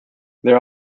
their